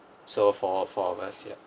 so for four of us yeah